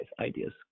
ideas